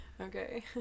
Okay